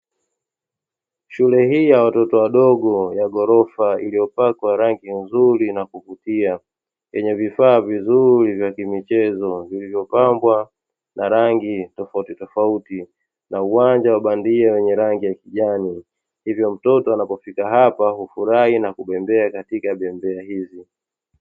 Shule hii ya watoto wadogo ya gorofa iliyopakwa rangi nzuri na kuvutia, yenye vifaa vizuri vya kimichezo vilivyopambwa na rangi tofautitofauti na uwanja wa bandia wenye rangi ya kijani, hivyo mtoto anapofika hapa hufurahi na kubembea katika bembea hizi.